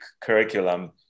curriculum